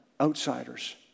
outsiders